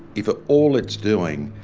if ah all it's doing,